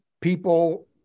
people